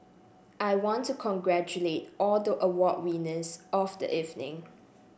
I want to congratulate all the award winners of the evening